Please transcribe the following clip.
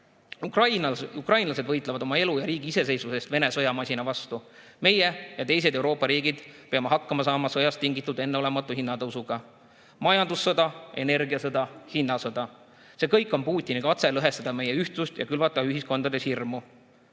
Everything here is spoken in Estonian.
Ukrainlased võitlevad oma elu ja riigi iseseisvuse eest Vene sõjamasina vastu. Meie ja teised Euroopa riigid peame hakkama saama sõjast tingitud enneolematu hinnatõusuga. Majandussõda, energiasõda, hinnasõda. See kõik on Putini katse lõhestada meie ühtsust ja külvata ühiskondades hirmu.